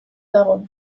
dago